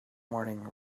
morning